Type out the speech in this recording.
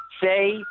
say